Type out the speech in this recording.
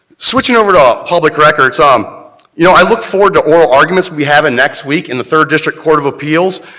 switching over to public records, um you know, i look forward to oral arguments we have next week in the third district court of appeals.